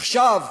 עכשיו